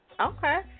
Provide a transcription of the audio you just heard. Okay